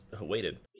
waited